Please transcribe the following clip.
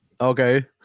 Okay